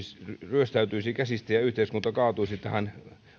ryöstäytyisi käsistä ja yhteiskunta kaatuisi tähän